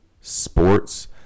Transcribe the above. sports